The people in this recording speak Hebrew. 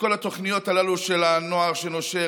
בכל התוכניות הללו של הנוער שנושר,